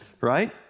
right